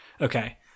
Okay